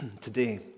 Today